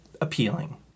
appealing